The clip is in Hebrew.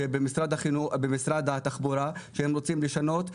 שבמשרד התחבורה, שהם רוצים לשנות,